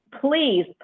please